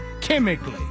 chemically